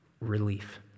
Relief